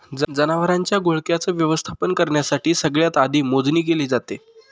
जनावरांच्या घोळक्याच व्यवस्थापन करण्यासाठी सगळ्यात आधी मोजणी केली जाते